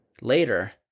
later